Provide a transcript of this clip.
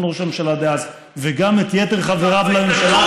ראש הממשלה דאז וגם את יתר חבריו לממשלה?